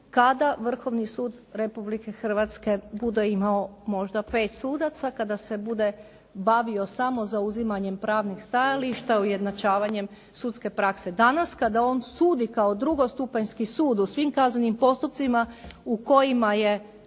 kada Vrhovni sud Republike Hrvatske bude imao možda 5 sudaca, kada se bude bavio samo zauzimanjem pravnih stajališta, ujednačavanjem sudske prakse danas kada on sudi kao drugostupanjski sud u svim kaznenim postupcima u kojima je